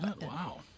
Wow